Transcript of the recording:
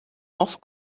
off